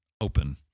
open